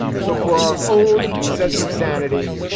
so for our own sense of sanity,